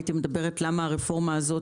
הייתי אומרת למה הרפורמה הזאת